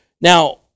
now